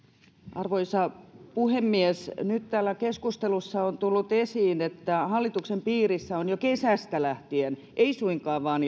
arvoisa puhemies nyt täällä keskustelussa on tullut esiin että hallituksen piirissä on jo kesästä lähtien ei suinkaan vain